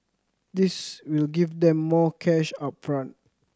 this will give them more cash up front